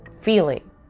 feeling